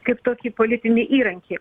kaip tokį politinį įrankį